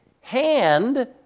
hand